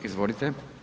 Izvolite.